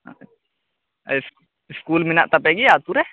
ᱟᱡ ᱤᱥ ᱤᱥᱠᱩᱞ ᱢᱮᱱᱟᱜ ᱛᱟᱯᱮᱜᱮᱭᱟ ᱟᱹᱛᱩ ᱨᱮ